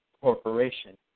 corporation